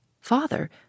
Father